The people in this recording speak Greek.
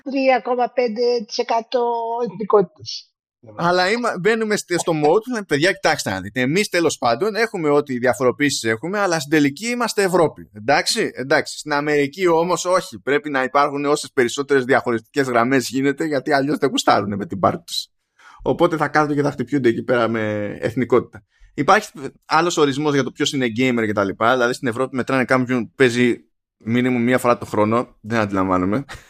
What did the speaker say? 3,5% εθνικότητες. Αλλά είμα- μπαίνουμε στη- στο mode, παιδιά, κοιτάξτε να δείτε. Εμείς, τέλος πάντων, έχουμε ό,τι διαφοροποίησεις έχουμε, αλλά στην τελική είμαστε Ευρώπη. Εντάξει? Εντάξει. Στην Αμερική, όμως, όχι. Πρέπει να υπάρχουν όσες περισσότερες διαχωριστικές γραμμές γίνεται, γιατί αλλιώς δεν γουστάρουνε με την πάρτη τους. Οπότε θα κάθονται και θα χτυπιούνται εκεί πέρα με εθνικότητα. Υπάρχει άλλος ορισμός για το ποιος είναι gamer και τα λοιπά. Δηλαδή, στην Ευρώπη μετράνε κάποιον που παίζει minimum μία φορά το χρόνο. Δεν αντιλαμβάνομαι.